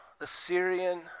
Assyrian